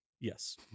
Yes